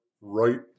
right